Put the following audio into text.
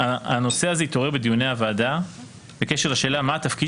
הנושא הזה התעורר בדיוני הוועדה בקשר לשאלה מה התפקיד